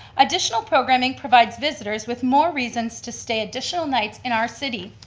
additional programming provides visitors with more reasons to stay additional nights in our city.